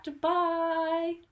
Bye